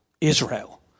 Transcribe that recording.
Israel